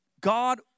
God